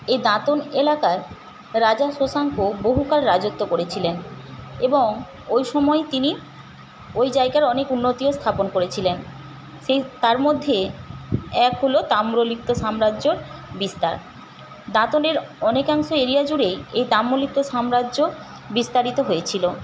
এই দাঁতন এলাকার রাজা শশাঙ্ক বহুকাল রাজত্ব করেছিলেন এবং ওই সময় তিনি ওই জায়গার অনেক উন্নতিও স্থাপন করেছিলেন সেই তার মধ্যে এক হল তাম্রলিপ্ত সাম্রাজ্যের বিস্তার দাঁতনের অনেকাংশ এরিয়া জুড়েই এই তাম্রলিপ্ত সাম্রাজ্য বিস্তারিত হয়েছিল